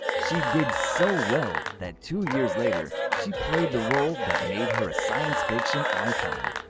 she did so well that, two years later, she played the role that made her a science fiction icon.